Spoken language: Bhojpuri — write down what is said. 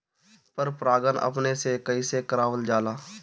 पर परागण अपने से कइसे करावल जाला?